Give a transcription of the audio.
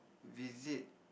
visit